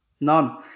None